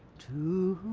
to